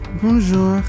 Bonjour